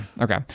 Okay